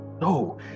No